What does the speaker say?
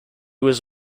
was